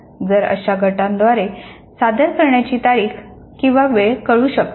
तर अशा गटाद्वारे सादर करण्याची तारीख आणि वेळ कळू शकते